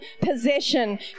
possession